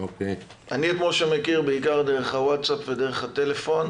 בן לולו אני מכיר את משה בעיקר דרך הוואטסאפ ודרך הטלפון,